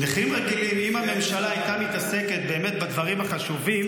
אם הממשלה הייתה מתעסקת בדברים החשובים